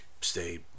stay